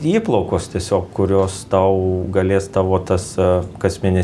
įplaukos tiesiog kurios tau galės tavo tas a kasmėnesines